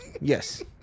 Yes